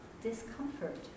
Discomfort